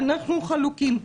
אנחנו חלוקים.